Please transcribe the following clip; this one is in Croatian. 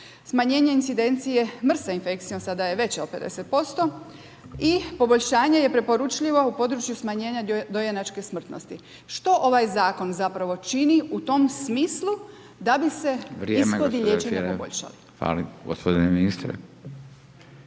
Smanjenje incidencije MRSA infekcijom sada je veća od 50% i poboljšanje je preporučljivo u području smanjenja dojenačke smrtnosti. Što ovaj Zakon zapravo čini u tom smislu da bi se ishodi liječenja poboljšali? **Radin, Furio